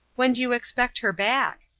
when do you expect her back?